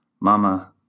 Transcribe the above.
Mama